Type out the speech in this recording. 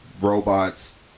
robots